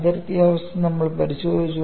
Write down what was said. അതിർത്തി അവസ്ഥ നമ്മൾ പരിശോധിച്ചു